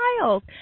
miles